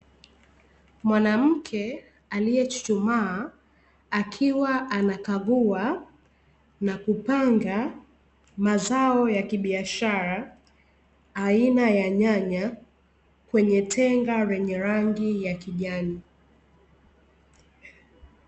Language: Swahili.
Mwanamke aliyechuchumaa, akiwa anakagua na kupanga mazao ya kibiashara aina ya nyanya, kwenye tenga lenye rangi ya kijani.